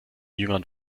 jüngern